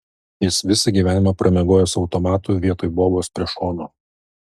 jis visą gyvenimą pramiegojo su automatu vietoj bobos prie šono